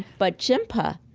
but jinpa,